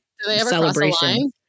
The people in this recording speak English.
celebration